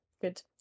Good